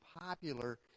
popular